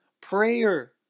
prayer